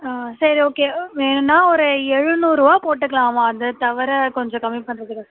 ஆ சரி ஓகே வேணும்ன்னா ஒரு எழுநூறுரூவா போட்டுக்கலாம்மா அதை தவிர கொஞ்சம் கம்மி பண்ணுறது கஷ்